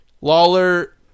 lawler